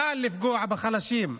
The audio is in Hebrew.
קל לפגוע בחלשים,